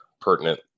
pertinent